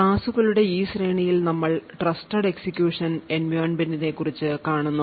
ക്ലാസുകളുടെ ഈ ശ്രേണിയിൽ നമ്മൾ ട്രസ്റ്റഡ് എക്സിക്യൂഷൻ എൻവിറോമെൻറ്നെക്കുറിച്ച് കാണുന്നു